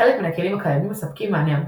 חלק מן הכלים הקיימים מספקים מענה אמין.